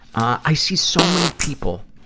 i see so many people